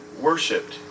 worshipped